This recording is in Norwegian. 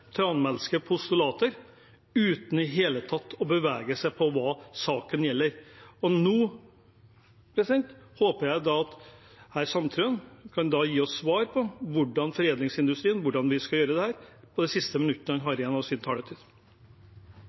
postulater uten i det hele tatt å bevege seg inn på hva saken gjelder. Nå håper jeg at herr Sandtrøen på det siste minuttet han har igjen av sin taletid, kan gi oss svar på hvordan foredlingsindustrien og vi skal gjøre